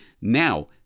now